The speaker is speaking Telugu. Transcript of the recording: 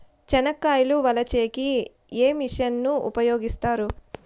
చెనక్కాయలు వలచే కి ఏ మిషన్ ను ఉపయోగిస్తారు?